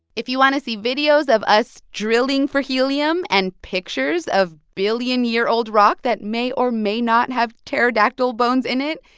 if you want to see videos of us drilling for helium and pictures of billion-year-old rock that may or may not have pterodactyl bones in it,